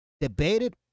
debated